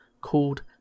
called